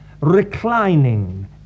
reclining